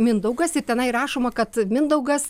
mindaugas ir tenai rašoma kad mindaugas